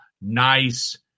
nice